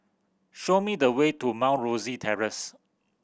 show me the way to Mount Rosie Terrace